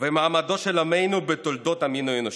ומעמדו של עמנו בתולדות המין האנושי".